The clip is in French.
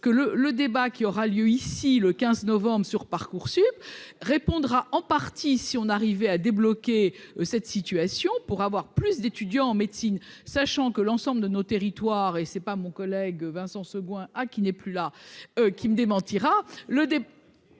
le débat qui aura lieu ici le 15 novembre sur Parcoursup, répondra en partie si on arrivait à débloquer cette situation pour avoir plus d'étudiants en médecine, sachant que l'ensemble de nos territoires et c'est pas mon collègue Vincent Seguin à qui n'est plus là qui me démentira